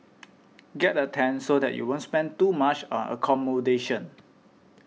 get a tent so that you won't spend too much on accommodation